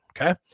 Okay